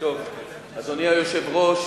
אדוני היושב-ראש,